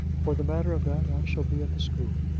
for the matter of that, i shall be at the school.